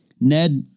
Ned